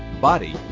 body